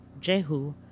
Jehu